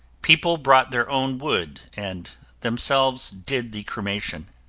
people brought their own wood and themselves did the cremation.